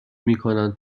میکنند